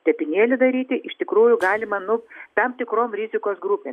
tepinėlį daryti iš tikrųjų galima nu tam tikrom rizikos grupėm